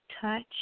touch